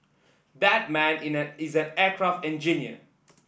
that man in an is an aircraft engineer